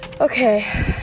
Okay